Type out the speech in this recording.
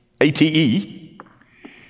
A-T-E